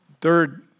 Third